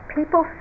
People